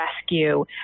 rescue